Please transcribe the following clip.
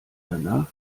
danach